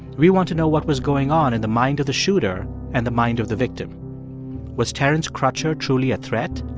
we want to know what was going on in the mind of the shooter and the mind of the victim was terence crutcher truly a threat?